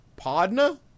Podna